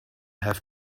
have